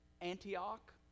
Antioch